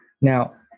Now